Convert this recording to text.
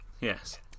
Yes